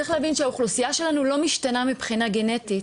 צריך להבין שהאוכלוסייה שלנו לא משתנה מבחינה גנטית,